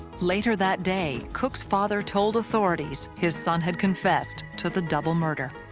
later that day, cook's father told authorities his son had confessed to the double murder.